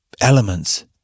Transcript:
elements